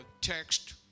text